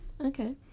Okay